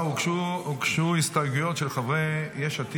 הוגשו הסתייגויות של חברי יש עתיד.